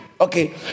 Okay